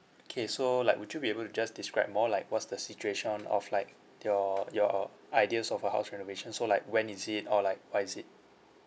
okay so like would you be able to just describe more like what's the situation of like your your ideas of a house renovation so like when is it or like what is it